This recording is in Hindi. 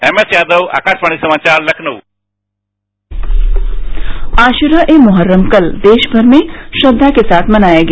एमएस यादव आकाशवाणी समाचार लखनऊ आशूरा ए मुहर्रम कल देशभर में श्रद्वा के साथ मनाया गया